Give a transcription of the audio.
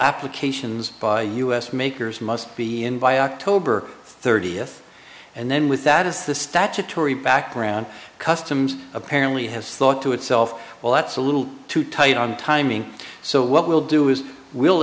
applications by u s makers must be in by october thirtieth then with that as the statutory background customs apparently has thought to itself well that's a little too tight on timing so what we'll do is we'll